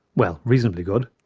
well, reasonably good.